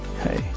Hey